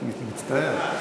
אני מצטער.